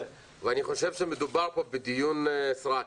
10:58) אני חושב שמדובר פה בדיון סרק